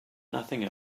nothing